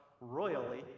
royally